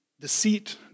deceit